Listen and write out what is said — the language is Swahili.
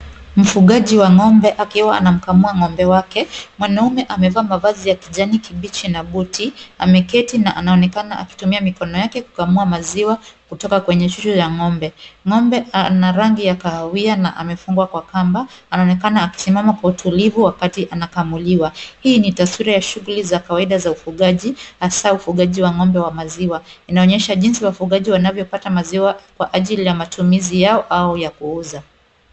Mfugaji wa ng'ombe akiwa anamkamua ng'ombe wake. Mwanaume amevaa mavazi ya kijani kibichi na buti. Ameketi na anaonekana akitumia mikono yake kukamua maziwa kutoka kwenye chuchu za ng'ombe. Ng'ombe ana rangi ya kahawia na amefungwa kwa kamba. Anaonekana akisimama kwa utulivu wakati anakamuliwa. Hii ni taswira ya shughuli za kawaida za ufugaji hasa ufugaji wa ng'ombe wa maziwa. Inaonyesha jinsi wafugaji wanavyopata maziwa kwa ajili ya matumizi yao au ya kuuza.